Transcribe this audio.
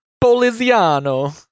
Poliziano